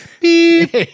beep